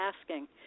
asking